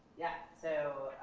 yeah, so